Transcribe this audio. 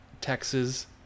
Texas